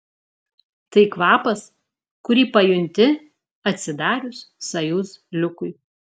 tai kvapas kurį pajunti atsidarius sojuz liukui